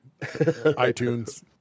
iTunes